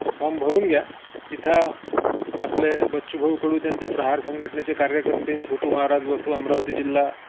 तो फॉर्म भरून घ्या तिथा आपले बच्चूभाऊ कडू त्यांच्या प्रहार संघटनेचे कार्य करते छोटू महाराज वसू अमरावती जिल्हा